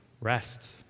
rest